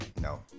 No